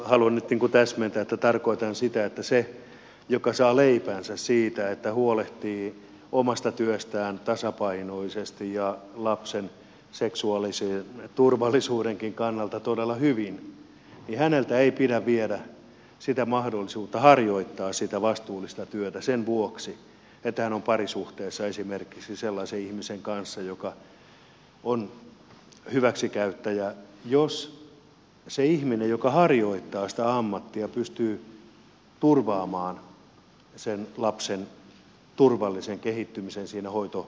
haluan nyt täsmentää että tarkoitan sitä että siltä joka saa leipänsä siitä että huolehtii omasta työstään tasapainoisesti ja lapsen seksuaalisen turvallisuudenkin kannalta todella hyvin ei pidä viedä mahdollisuutta harjoittaa sitä vastuullista työtä sen vuoksi että hän on parisuhteessa esimerkiksi sellaisen ihmisen kanssa joka on hyväksikäyttäjä jos se ihminen joka harjoittaa sitä ammattia pystyy turvaamaan lapsen turvallisen kehittymisen siinä hoito